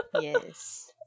Yes